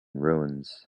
ruins